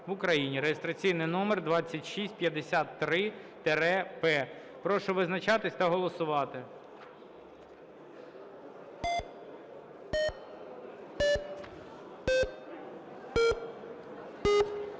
в Україні" (реєстраційний номер 2653-П). Прошу визначатись та голосувати.